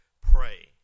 pray